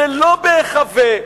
שלא בהיחבא,